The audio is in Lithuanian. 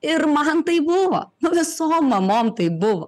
ir man taip buvo visom mamom taip buvo